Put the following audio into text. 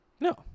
No